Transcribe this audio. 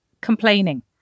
complaining